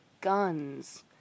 guns